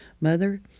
Mother